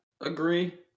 agree